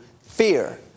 fear